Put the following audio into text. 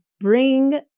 bring